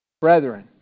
brethren